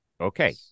Okay